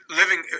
living